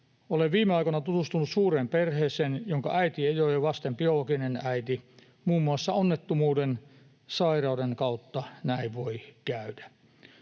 Olen viime aikoina tutustunut suureen perheeseen, jonka äiti ei ole lasten biologinen äiti. Muun muassa onnettomuuden tai sairauden kautta näin voi käydä.